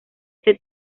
este